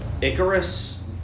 Icarus